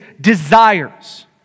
desires